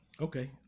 okay